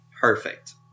perfect